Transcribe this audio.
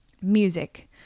Music